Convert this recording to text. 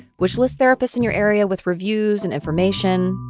which lists therapists in your area with reviews and information.